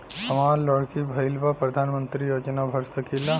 हमार लड़की भईल बा प्रधानमंत्री योजना भर सकीला?